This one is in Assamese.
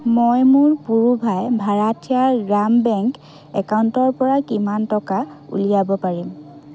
মই মোৰ পুড়ুভাই ভাৰাঠিয়াৰ গ্ৰাম বেংক একাউণ্টৰপৰা কিমান টকা উলিয়াব পাৰিম